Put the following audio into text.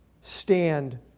stand